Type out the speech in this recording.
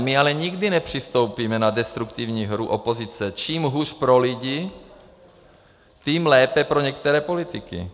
My ale nikdy nepřistoupíme na destruktivní hru opozice čím hůř pro lidi, tím lépe pro některé politiky.